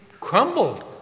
crumbled